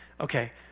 Okay